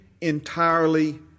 entirely